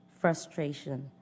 Frustration